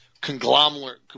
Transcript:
conglomerate